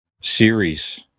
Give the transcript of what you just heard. series